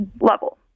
level